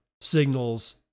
signals